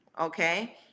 Okay